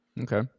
Okay